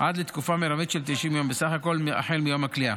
עד לתקופה מרבית של 90 יום בסך הכול החל מיום הכליאה.